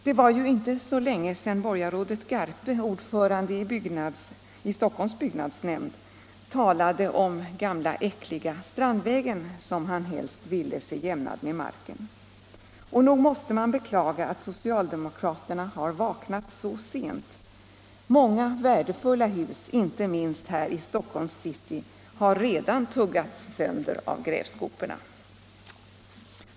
Det var inte så länge sedan som förre borgarrådet Garpe, ordförande i Stockholms byggnadsnämnd, talade om ”gamla äckliga Strandvägen” som han helst ville jämna med marken. Och nog måste man beklaga att socialdemokraterna har vaknat så sent. Många värdefulla hus, inte minst här i Stockholms city, har redan tuggats sönder av grävskoporna.